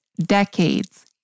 decades